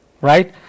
Right